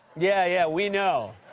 yeah, yeah, we know.